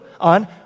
On